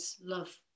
love